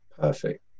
perfect